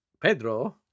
Pedro